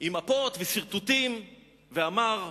עם מפות וסרטוטים ואמר: